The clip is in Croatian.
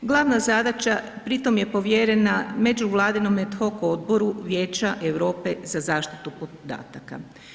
Glavna zadaća pri tom je povjerena među Vladinom at hoc odboru Vijeća Europe za zaštitu podataka.